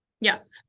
Yes